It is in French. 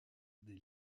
des